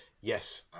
Yes